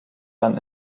dann